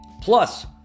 plus